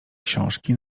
książki